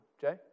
Jay